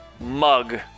mug